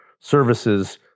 services